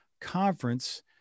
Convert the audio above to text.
conference